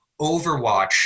Overwatch